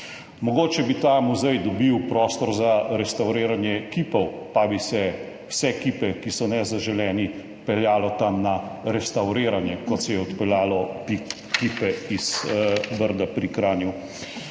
Mogoče bi ta muzej dobil prostor za restavriranje kipov, pa bi se vse ekipe, ki so nezaželeni, peljalo tja na restavriranje, kot se je odpeljalo kipe iz Brda pri Kranju.